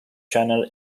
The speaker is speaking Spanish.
channel